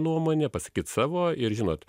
nuomonę pasakyt savo ir žinot